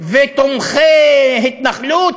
ותומכי התנחלות,